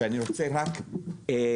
שאני רוצה גם להגיד